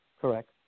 Correct